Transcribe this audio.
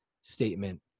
statement